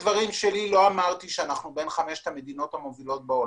בדברים שלי לא אמרתי שאנחנו בין חמש המדינות בעולם.